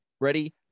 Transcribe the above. Ready